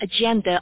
agenda